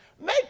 Make